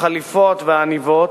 החליפות והעניבות,